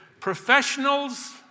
professionals